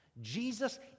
Jesus